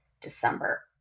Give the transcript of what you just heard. December